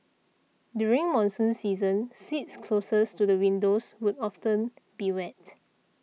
during monsoon season seats closest to the windows would often be wet